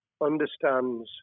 understands